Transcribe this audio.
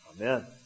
Amen